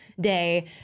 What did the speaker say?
day